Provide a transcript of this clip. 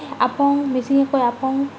আপং মিচিঙে কয় আপং